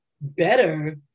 better